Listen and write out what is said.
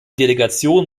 delegation